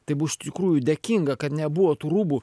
tai buvo iš tikrųjų dėkinga kad nebuvo tų rūbų